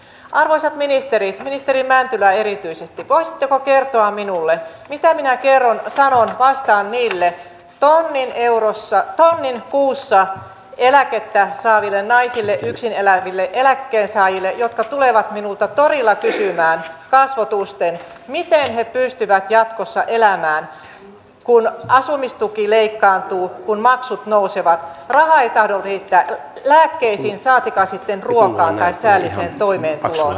arvoisat ministerit ministeri mäntylä erityisesti voisitteko kertoa minulle mitä minä kerron sanon vastaan niille tonnin kuussa eläkettä saaville naisille yksineläville eläkkeensaajille jotka tulevat minulta torilla kysymään kasvotusten miten he pystyvät jatkossa elämään kun asumistuki leikkaantuu kun maksut nousevat raha ei tahdo riittää lääkkeisiin saatikka sitten ruokaan tai säälliseen toimeentuloon